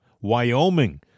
Wyoming